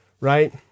right